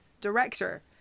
director